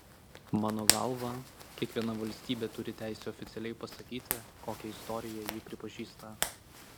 mano galva kiekviena valstybė turi teisę oficialiai pasakyti kokią istoriją ji pripažįsta